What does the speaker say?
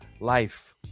life